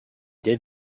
did